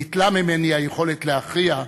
ניטלה ממני היכולת להכריע,